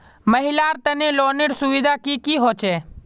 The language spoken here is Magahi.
महिलार तने लोनेर सुविधा की की होचे?